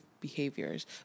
behaviors